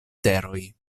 teroj